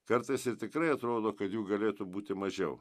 kartais ir tikrai atrodo kad jų galėtų būti mažiau